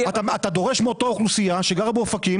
אתה דורש מאותה אוכלוסייה שגרה באופקים